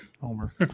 Homer